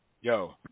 yo